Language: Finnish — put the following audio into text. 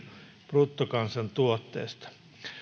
bruttokansantuotteesta